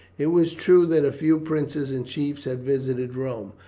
it was true that a few princes and chiefs had visited rome,